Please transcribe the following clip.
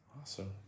Awesome